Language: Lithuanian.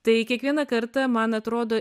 tai kiekvieną kartą man atrodo